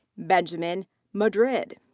benjamin madrid.